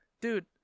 dude